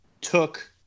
took